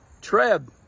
Treb